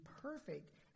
perfect